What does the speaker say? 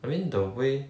I mean the way